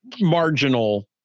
marginal